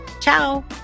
Ciao